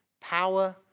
Power